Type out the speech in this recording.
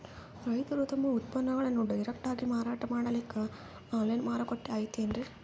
ರೈತರು ತಮ್ಮ ಉತ್ಪನ್ನಗಳನ್ನು ಡೈರೆಕ್ಟ್ ಆಗಿ ಮಾರಾಟ ಮಾಡಲಿಕ್ಕ ಆನ್ಲೈನ್ ಮಾರುಕಟ್ಟೆ ಐತೇನ್ರೀ?